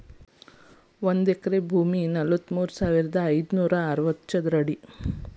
ಒಂದ ಎಕರೆ ಭೂಮಿ ನಲವತ್ಮೂರು ಸಾವಿರದ ಐದನೂರ ಅರವತ್ತ ಚದರ ಅಡಿ